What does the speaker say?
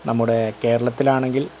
നമ്മുടേ കേരളത്തിലാണെങ്കിൽ